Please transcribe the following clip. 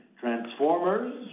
Transformers